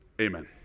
Amen